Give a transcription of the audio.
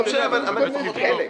לא משנה, אבל לפחות חלק.